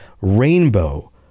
Rainbow